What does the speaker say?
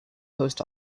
post